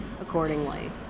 accordingly